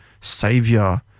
savior